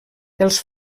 els